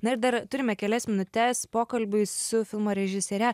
na ir dar turime kelias minutes pokalbiui su filmo režisiere